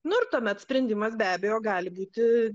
nu ir tuomet sprendimas be abejo gali būti